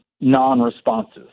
non-responses